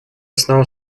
основа